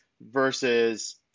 versus